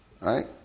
Right